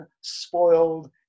spoiled